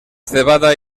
cebada